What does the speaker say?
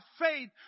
faith